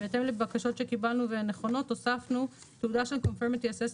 בהתאם לבקשות שקיבלנו והן נכונות הוספנו "תוגש ל-Conformity Assessment